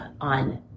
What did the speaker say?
on